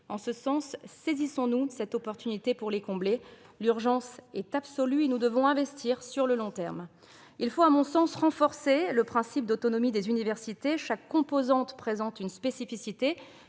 En ce sens, saisissons-nous de l'occasion pour les combler. L'urgence est absolue, et nous devons investir sur le long terme. Il faut, à mon sens, renforcer le principe d'autonomie des universités. Chaque composante présente une spécificité.